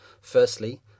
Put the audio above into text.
Firstly